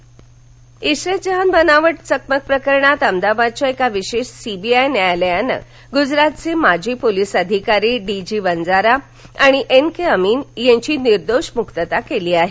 इशरत जहान इशरत जहान बनावट चकमक प्रकरणात अमदाबादच्या एका विशेष सीबीआय न्यायालयानं गुजरातचे माजी पोलीस अधिकारी डी जी वंजारा आणि एन के अमीन यांची निर्दोष मुक्ता केली आहे